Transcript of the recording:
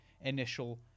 initial